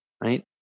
right